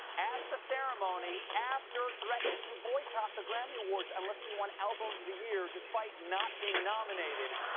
at the ceremony after threatening to boycott the grammy awards unless he won album of the year, despite not being nominated.